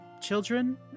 children